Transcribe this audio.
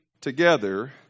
together